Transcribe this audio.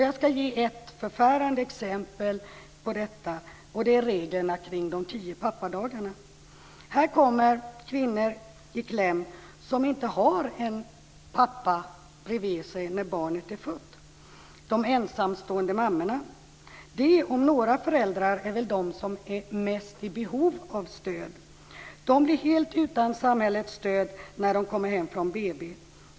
Jag ska ge ett förfärande exempel på detta, nämligen reglerna kring de tio pappadagarna. Här kommer kvinnor i kläm som inte har en pappa bredvid sig när barnet är fött - de ensamstående mammorna. De, om några föräldrar, är väl de som är mest i behov av stöd! De blir helt utan samhällets stöd när de kommer hem från BB.